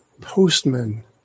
postman